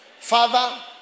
Father